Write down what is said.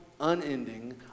unending